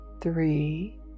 three